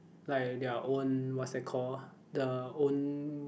like their own what's that called the own